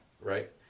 right